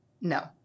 no